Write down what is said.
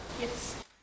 Yes